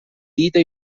dita